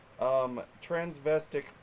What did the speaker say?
transvestic